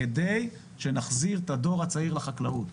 כדי שנחזיר את הדור הצעיר לחקלאות.